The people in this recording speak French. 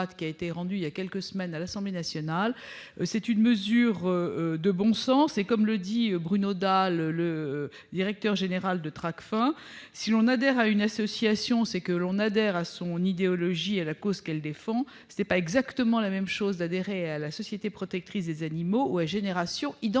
qui a été rendu public voilà quelques semaines à l'Assemblée nationale. Il s'agit d'une mesure de bon sens. Comme le dit Bruno Dalles, le directeur de Tracfin, si l'on adhère à une association, c'est que l'on adhère à son idéologie et à la cause qu'elle défend. Ce n'est pas exactement la même chose d'adhérer à la Société protectrice des animaux qu'à Génération identitaire.